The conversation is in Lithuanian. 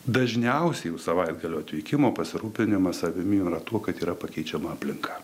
dažniausiai jau savaitgalio atvykimo pasirūpinimas savimi yra tuo kad yra pakeičiama aplinka